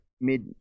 mid